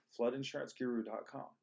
floodinsuranceguru.com